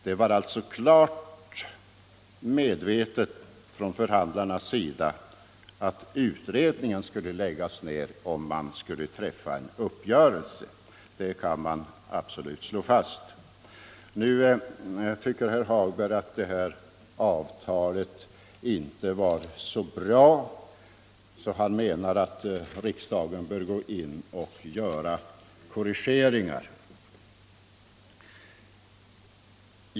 Det var alltså klart på förhandlarnas sida att utredningen skulle läggas ned om man träffade — Sänkning av den en uppgörelse — det kan vi absolut slå fast. allmänna pensions Herr Hagberg i Borlänge tycker inte att avtalet var så bra och menar = åldern, m.m. att riksdagen bör gå in och göra korrigeringar.